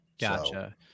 Gotcha